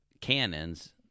cannons